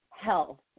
health